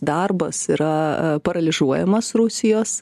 darbas yra paralyžiuojamas rusijos